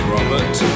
Robert